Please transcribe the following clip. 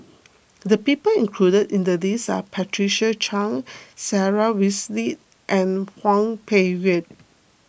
the people included in the list are Patricia Chan Sarah Winstedt and Hwang Peng Yuan